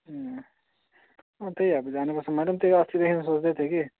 अँ अँ त्यही अब जानुपर्छ मैले पनि त्यही अस्तिदेखि सोच्दैथिएँ कि